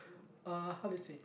uh how to say